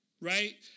right